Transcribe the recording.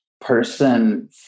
person